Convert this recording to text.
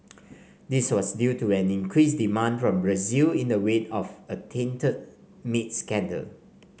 this was due to an increased demand from Brazil in the wake of a tainted meat scandal